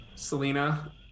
Selena